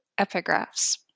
epigraphs